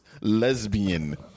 lesbian